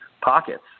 pockets